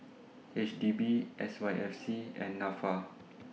H D B S Y F C and Nafa